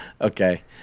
Okay